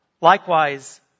Likewise